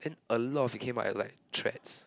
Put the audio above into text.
then a lot of it came out as like threats